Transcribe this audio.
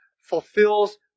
fulfills